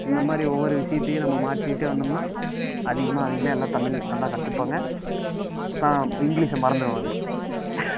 இந்த மாதிரி ஒவ்வொரு விஷயத்தையும் நம்ம மாற்றிக்கிட்டே வந்தோம்னால் அதிகமாக அவங்களே எல்லாம் தமிழ் நல்லா கற்றுப்பாங்க தாம் இங்கிலிஷை மறந்துடுவாங்க